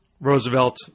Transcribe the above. Roosevelt